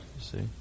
see